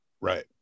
Right